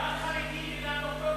גם חרדי וגם דוקטור?